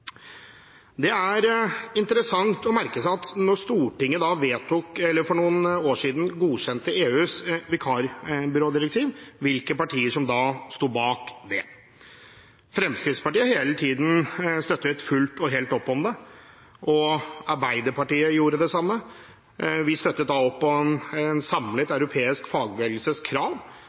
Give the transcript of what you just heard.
Det er interessant å merke seg, da Stortinget for noen år siden godkjente EUs vikarbyrådirektiv, hvilke partier som da sto bak dette. Fremskrittspartiet har hele tiden støttet fullt og helt opp om det, og Arbeiderpartiet gjorde det samme. Vi støttet opp om en samlet europeisk fagbevegelses krav